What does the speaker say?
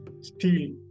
steel